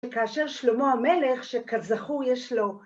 כאשר שלמה המלך שכזכור יש לו